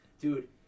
dude